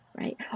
right